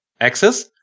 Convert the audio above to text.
access